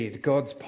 God's